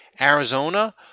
Arizona